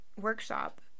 workshop